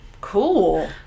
Cool